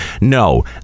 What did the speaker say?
No